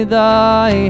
thy